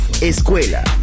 escuela